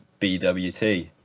BWT